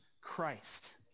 Christ